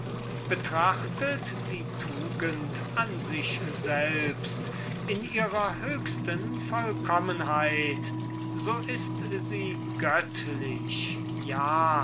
realisieren betrachtet die tugend in sich selbst in ihrer höchsten vollkommenheit so ist sie göttlich ja